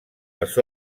els